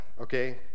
okay